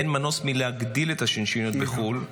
אין מנוס מלהגדיל את השינשיניות בחו"ל.